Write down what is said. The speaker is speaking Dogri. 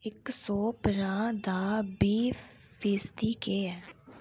इक सौ पंजाह् दा बीह् फीसदी केह् ऐ